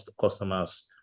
customers